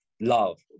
love